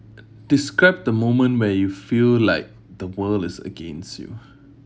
describe the moment where you feel like the world is against you